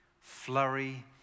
flurry